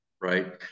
right